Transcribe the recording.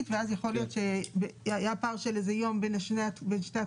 ואז יכול להיות שהיה פער של יום בין שתי התקופות,